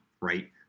right